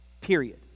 Period